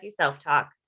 self-talk